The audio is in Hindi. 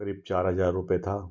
करीब चार हज़ार रुपये था